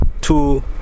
two